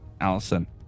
Allison